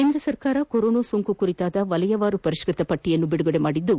ಕೇಂದ್ರ ಸರ್ಕಾರ ಕೊರೊನಾ ಸೋಂಕು ಕುರಿತಾದ ವಲಯವಾರು ಪರಿಷ್ಟ್ರತ ಪಟ್ಟಿಯನ್ನು ಬಿಡುಗಡೆ ಮಾಡಿದ್ದು